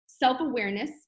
self-awareness